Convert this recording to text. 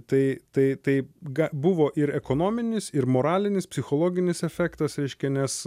tai tai tai ga buvo ir ekonominis ir moralinis psichologinis efektas reiškia nes